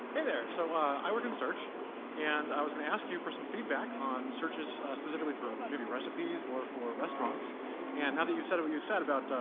hey there. so i work in search and i was gonna and ask you for some feedback on searches specifically for maybe recipes or for restaurants and now that you said what you said about,